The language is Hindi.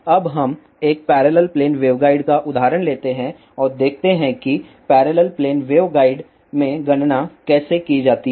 अब हम एक पैरेलल प्लेन वेवगाइड का उदाहरण लेते हैं और देखते हैं कि पैरेलल प्लेन वेवगाइड में गणना कैसे की जाती है